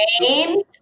James